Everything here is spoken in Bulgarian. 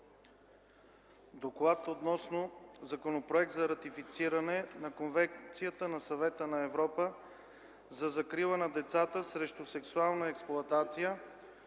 гласуване Законопроекта за ратифициране на Конвенцията на Съвета на Европа за закрила на децата от сексуална експлоатация и